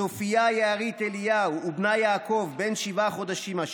צופיה יערית אליהו ובנה יעקב, בן שבעה חודשים.